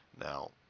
Now